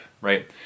Right